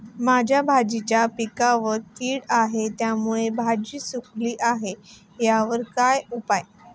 माझ्या भाजीच्या पिकावर कीड आहे त्यामुळे भाजी सुकली आहे यावर काय उपाय?